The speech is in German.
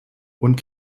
und